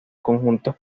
conjuntos